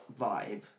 vibe